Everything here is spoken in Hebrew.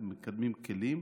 מקדמים כלים